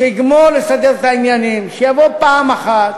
שיגמור לסדר את העניינים, שיבוא פעם אחת,